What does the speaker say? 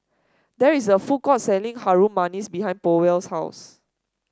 there is a food court selling Harum Manis behind Powell's house